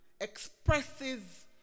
expresses